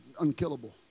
unkillable